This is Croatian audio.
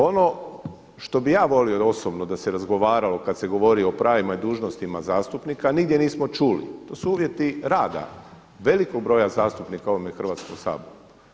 Ono što bih ja volio osobno da se razgovaralo kada se govorilo o pravima i dužnostima zastupnika nigdje nismo čuli, to su uvjeti rada, velikog broja zastupnika u ovome Hrvatskom saboru.